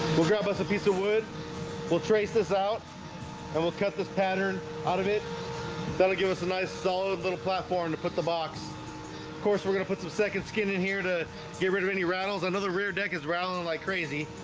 we'll grab us a piece of wood will trace this out and we'll cut this pattern out of it that'll give us a nice solid little platform to put the box of course we're gonna put the second skin in here to get rid of any rattles another rear deck is rattling like crazy